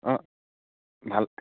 অ ভাল